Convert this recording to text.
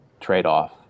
trade-off